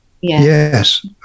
Yes